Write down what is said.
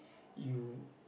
you